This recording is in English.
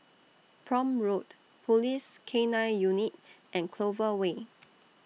Prome Road Police K nine Unit and Clover Way